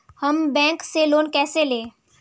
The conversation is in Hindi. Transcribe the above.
हम बैंक से लोन कैसे लें?